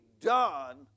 done